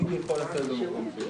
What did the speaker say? אני נציגה של נציגות האו"ם לפליטים.